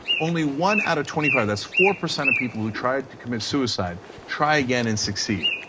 only one out of twenty five, that is four percent of people who tried to commit suicide try again and succeed,